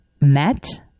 met